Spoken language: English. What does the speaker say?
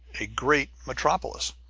a great metropolis.